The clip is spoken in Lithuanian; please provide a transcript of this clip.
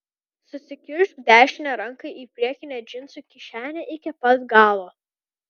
susikišk dešinę ranką į priekinę džinsų kišenę iki pat galo